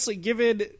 given